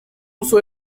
uso